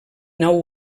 nau